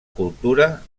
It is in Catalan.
cultura